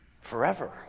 forever